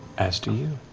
as do you,